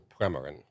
Premarin